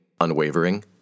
unwavering